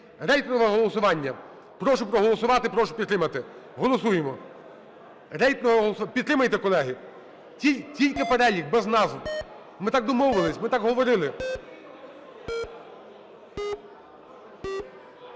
Рейтингове голосування. Прошу проголосувати. Прошу підтримати. Голосуємо. Рейтингове голосування. Підтримайте, колеги. Тільки перелік, без назв. Ми так домовилися, ми так говорили.